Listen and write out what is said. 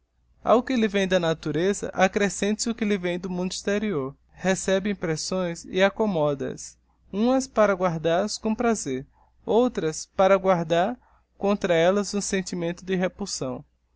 ao que lhe vem da natureza accrescente se o que lhe vem do mundo exterior recebe impressões e aceommoda as umas para guardal as com prazer outras para guardar contra ellas um sentimento de repulsão